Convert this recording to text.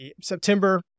September